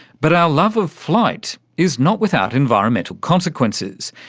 but our love of flight is not without environmental consequences.